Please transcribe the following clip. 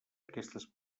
aquestes